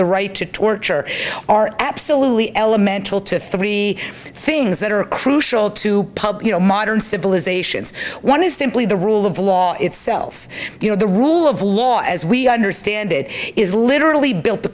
the right to torture are absolutely elemental to three things that are crucial to public you know modern civilizations one is simply the rule of law itself you know the rule of law as we understand it is literally built the